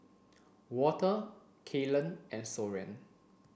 Walter Kaylen and Soren